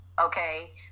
okay